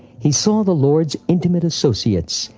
he saw the lord's intimate associates,